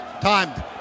time